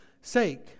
sake